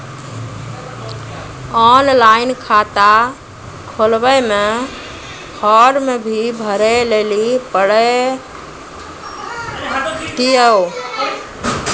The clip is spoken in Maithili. ऑनलाइन खाता खोलवे मे फोर्म भी भरे लेली पड़त यो?